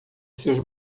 seus